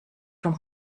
from